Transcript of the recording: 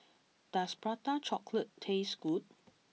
does Prata Chocolate taste good